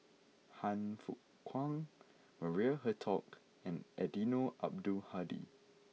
Han Fook Kwang Maria Hertogh and Eddino Abdul Hadi